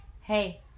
hey